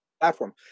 platform